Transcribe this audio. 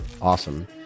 awesome